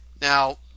now